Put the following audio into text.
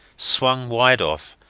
swung wide off,